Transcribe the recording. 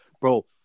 bro